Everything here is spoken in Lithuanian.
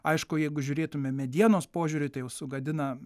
aišku jeigu žiūrėtume medienos požiūriu tai jau sugadina